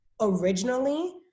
originally